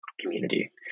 community